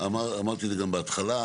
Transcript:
שאמרתי בהתחלה,